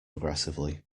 aggressively